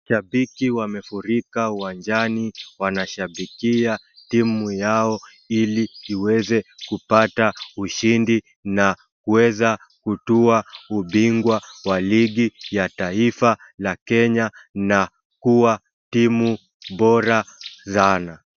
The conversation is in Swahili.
Mashabiki wamefurika uwanjani wanashabikia timu yao ili iweze kupata ushindi na kuweza kuchukua ubingwa waligi ya taifa la Kenya na kuwa timu bora sana.